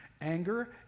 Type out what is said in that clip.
anger